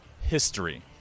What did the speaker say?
history